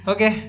Okay